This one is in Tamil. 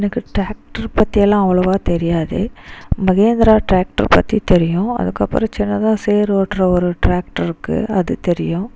எனக்கு டிராக்டர் பத்தியெல்லாம் அவ்வளவாக தெரியாது மஹேந்திரா டிராக்டர் பற்றி தெரியும் அதுக்கப்பறம் சின்னதாக சேர் ஓட்டுகிற டிராக்டர் இருக்கு அது தெரியும்